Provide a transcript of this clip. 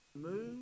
move